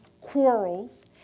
quarrels